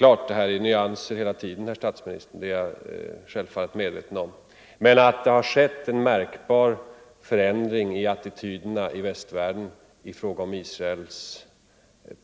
Jag är självfallet, herr statsminister, medveten om att det här är fråga om nyanser. Men att det har skett en märkbar förändring i attityderna i västvärlden till Israels